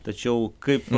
tačiau kaip